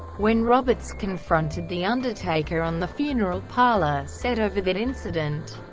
when roberts confronted the undertaker on the funeral parlor set over that incident.